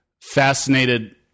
fascinated